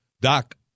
Doc